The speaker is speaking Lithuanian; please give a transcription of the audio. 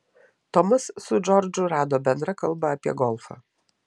tomas su džordžu rado bendrą kalbą apie golfą